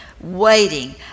waiting